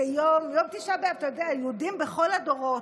יום תשעה באב, אתה יודע, יהודים בכל הדורות,